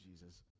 Jesus